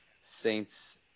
Saints